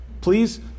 please